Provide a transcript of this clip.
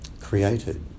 created